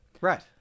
Right